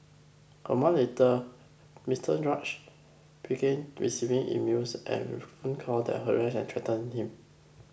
a month later Mister began receiving emails and phone calls that harassed and threatened him